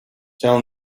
tell